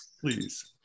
Please